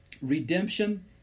Redemption